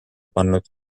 pannud